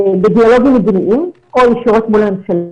בדיאלוגים מדיניים, הכול ישירות מול הממשלות,